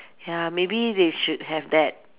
ya maybe they should have that